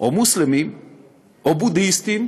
או מוסלמים או בודהיסטים